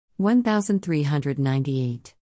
1398